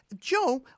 Joe